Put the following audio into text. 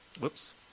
Whoops